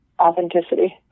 authenticity